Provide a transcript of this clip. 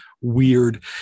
weird